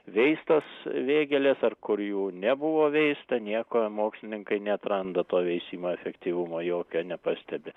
veistos vėgėlės ar kur jų nebuvo veista nieko mokslininkai neatranda to veisimo efektyvumo jokio nepastebi